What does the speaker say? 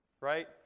right